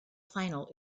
final